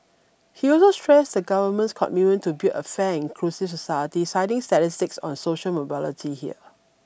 he also stressed the Government's commitment to build a fan inclusive society citing statistics on social mobility here